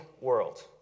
World